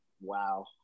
Wow